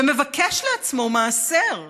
ומבקש לעצמו מעשר,